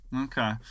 okay